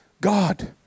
God